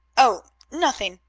oh, nothing,